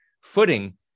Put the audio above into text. footing